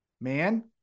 man